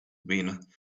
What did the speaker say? been